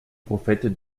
prophète